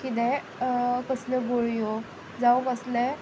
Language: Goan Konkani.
कितें कसल्यो गुळयो जावं कसलें